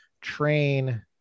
train